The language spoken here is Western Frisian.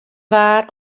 waard